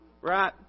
Right